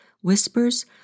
whispers